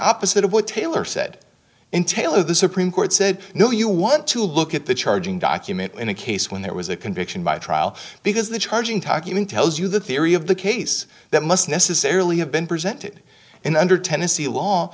opposite of what taylor said in taylor the supreme court said no you want to look at the charging document in a case when there was a conviction by trial because the charging talk even tells you the theory of the case that must necessarily have been presented in under ten